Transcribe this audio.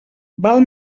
val